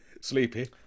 Sleepy